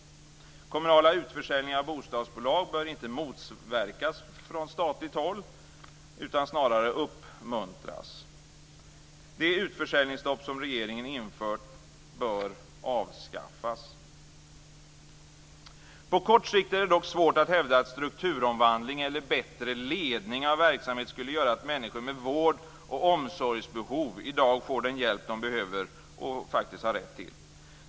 Kommunala utförsäljningar av bostadsbolag bör inte motverkas från statligt håll utan snarare uppmuntras. Det utförsäljningsstopp som regeringen infört bör avskaffas. På kort sikt är det dock svårt att hävda att strukturomvandling eller bättre ledning av verksamheter skulle göra att människor med vård och omsorgsbehov i dag får den hjälp de behöver och faktiskt har rätt till.